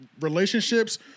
relationships